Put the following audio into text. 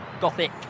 gothic